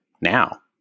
now